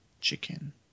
Chicken